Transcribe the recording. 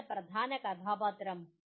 ആരാണ് പ്രധാന കഥാപാത്രം